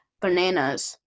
bananas